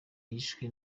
yishwe